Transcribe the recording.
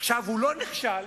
הוא לא נכשל,